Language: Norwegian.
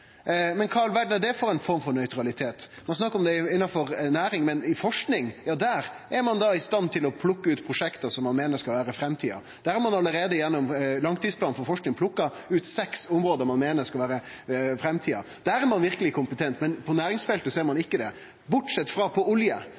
Kva i all verda er det for ei form for nøytralitet? Ein snakkar om det innanfor næringsfeltet, men innanfor forsking er ein da i stand til å plukke ut prosjekt ein meiner skal vere framtida. Der har ein allereie gjennom langtidsplanen for forsking plukka ut seks område ein meiner skal vere framtida. Der er ein verkeleg kompetent, men på næringsfeltet er ein ikkje det, bortsett frå på olje.